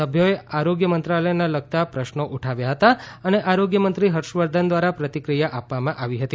સભ્યોએ આરોગ્ય મંત્રાલયને લગતા પ્રશ્નો ઉઠાવ્યા હતા અને આરોગ્ય મંત્રી હર્ષ વર્ધન દ્વારા પ્રતિક્રિયા આપવામાં આવી હતી